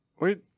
Wait